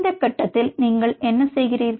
இந்த கட்டத்தில் நீங்கள் என்ன செய்கிறீர்கள்